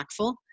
impactful